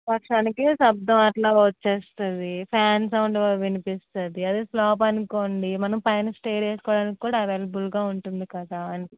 వర్షానికి శబ్ధం అట్లా వచ్చేస్తుంది ఫెన్ సౌండ్ వినిపిస్తుంది అదే స్లాబ్ అనుకోండి మనం పైన స్టెయిర్ వేసుకోవడానికి కూడా అవైలబుల్గా ఉంటుంది కదా అని